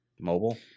mobile